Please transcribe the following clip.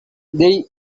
they